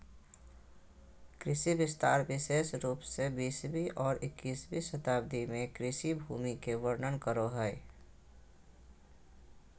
कृषि विस्तार विशेष रूप से बीसवीं और इक्कीसवीं शताब्दी में कृषि भूमि के वर्णन करो हइ